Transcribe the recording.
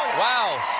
wow!